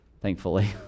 thankfully